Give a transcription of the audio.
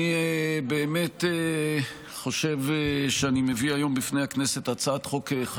אני מבקש שקט שם גם אצל הסיעות.